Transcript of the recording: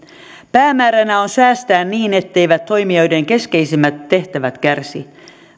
päämääränä on säästää niin etteivät toimijoiden keskeisimmät tehtävät kärsi